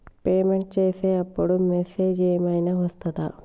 Payment చేసే అప్పుడు message ఏం ఐనా వస్తదా?